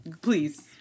please